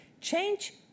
change